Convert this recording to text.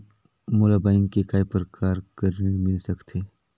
मोला बैंक से काय प्रकार कर ऋण मिल सकथे?